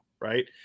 right